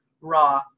raw